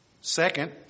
Second